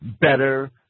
better